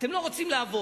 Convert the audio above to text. אתם לא רוצים לעבוד.